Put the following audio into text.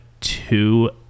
two